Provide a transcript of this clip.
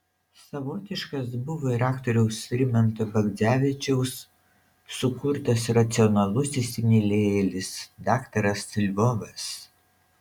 savotiškas buvo ir aktoriaus rimanto bagdzevičiaus sukurtas racionalus įsimylėjėlis daktaras lvovas